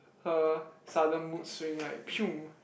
her sudden mood swing right